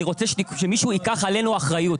אני רוצה שמישהו ייקח עלינו אחריות.